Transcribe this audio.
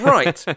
Right